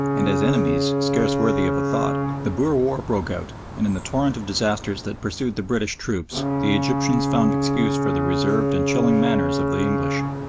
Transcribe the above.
and as enemies scarce worthy of a thought. the boer war broke out, and in the torrent of disasters that pursued the british troops the egyptians found excuse for the reserved and chilling manners of the english.